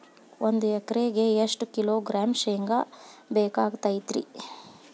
ಒಂದು ಎಕರೆಗೆ ಎಷ್ಟು ಕಿಲೋಗ್ರಾಂ ಶೇಂಗಾ ಬೇಕಾಗತೈತ್ರಿ?